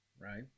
Right